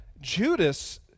Judas